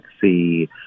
see